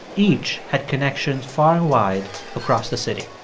each had connections far and wide across the city